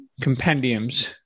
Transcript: compendiums